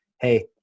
hey